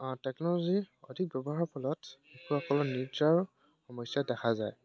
টেকন'লজিৰ অধিক ব্যৱহাৰৰ ফলত শিশুসকলৰ নিজৰ সমস্যা দেখা যায়